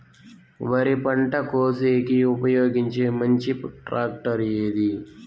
వరి పంట కోసేకి ఉపయోగించే మంచి టాక్టర్ ఏది?